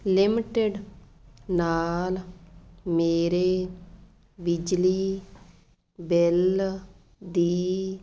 limited ਨਾਲ ਮੇਰੇ ਬਿਜਲੀ ਬਿੱਲ ਦੀ